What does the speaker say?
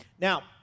Now